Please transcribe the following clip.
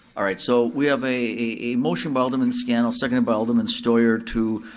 alright, so we have a a motion by alderman scannell, seconded by alderman steuer, to